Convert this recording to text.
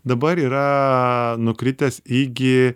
dabar yra nukritęs iki